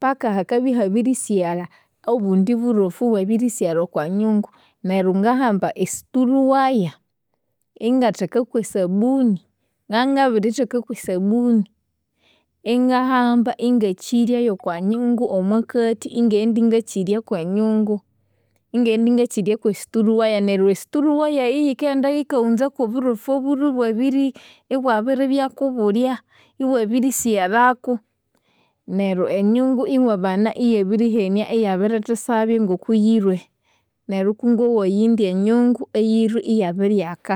paka hakabya ihabirisighalha obundi bulofu, ibwabirisighlha okwanyungu. Neryo ngahamba esteel wire ingatheka kwesabuni, ngabya ngabirithekaku esabuni, ingahamba ingakyiryayu okwanyungu omwakathi, ingaghenda ingakyirya okwanyungu, ingaghenda ingakyiryaku esteel wire, neryo e steel wire eyu, yikaghenda yikaghunyaku obulofu obulhwe ibwabiri ibwabiribyaku bulya, ibwabirisighalhaku neryo enyungu iwabana iyabirihenia, iyabirithasyaba ngokuyilhwe. Neryo kungaghoya indya enyungu eyilhwe iyabiryaka.